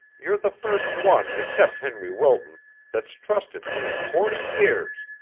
you're the first one except henry wilton that's trusted me in forty years,